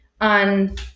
on